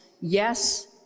yes